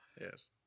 Yes